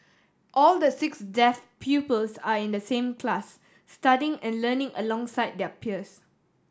all the six deaf pupils are in the same class studying and learning alongside their peers